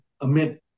amid